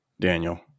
Daniel